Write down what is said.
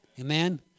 Amen